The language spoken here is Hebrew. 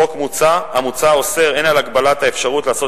החוק המוצע אוסר הן הגבלת האפשרות לעשות